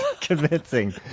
Convincing